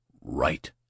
Right